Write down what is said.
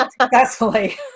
successfully